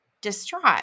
distraught